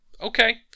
Okay